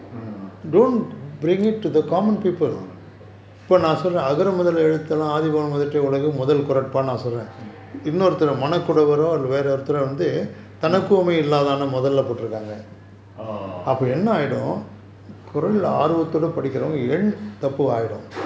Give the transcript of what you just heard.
ah common people orh